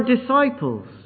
disciples